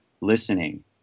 listening